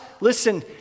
Listen